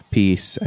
peace